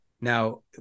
Now